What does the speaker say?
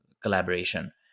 collaboration